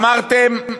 אמרתם: